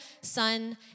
Son